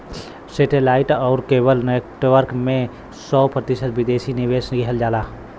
सेटे light आउर cable network में सौ प्रतिशत विदेशी निवेश किहल जाला